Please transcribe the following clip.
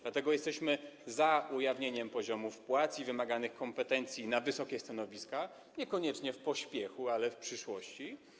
Dlatego jesteśmy za ujawnieniem poziomów płac i wymaganych kompetencji na wysokie stanowiska, niekoniecznie teraz, w pośpiechu, ale w przyszłości.